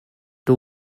two